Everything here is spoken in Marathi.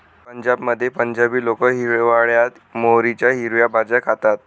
पंजाबमध्ये पंजाबी लोक हिवाळयात मोहरीच्या हिरव्या भाज्या खातात